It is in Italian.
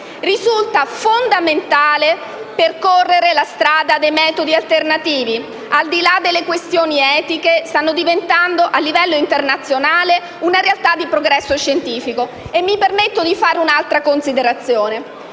Risulta fondamentale percorrere la strada dei metodi alternativi che, al di là delle questioni etiche, stanno diventando a livello internazionale una realtà di progresso scientifico. Mi permetto di fare un'altra considerazione.